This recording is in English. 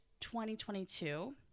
2022